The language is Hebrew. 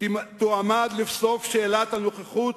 אם תועמד לבסוף שאלת הנוכחות